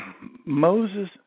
Moses